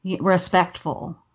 respectful